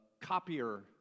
copier